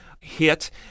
hit